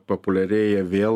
populiarėja vėl